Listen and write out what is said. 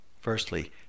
Firstly